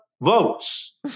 votes